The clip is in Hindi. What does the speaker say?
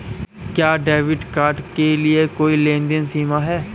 क्या डेबिट कार्ड के लिए कोई लेनदेन सीमा है?